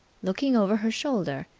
looking over her shoulder,